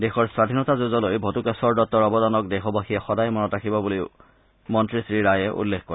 দেশৰ স্বধীনতা যুঁজলৈ ভতুকেশ্বৰ দত্তৰ অৱদানক দেশবাসীয়ে সদায় মনত ৰাখিব বুলিও মন্ত্ৰী শ্ৰীৰায়ে উল্লেখ কৰে